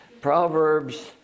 Proverbs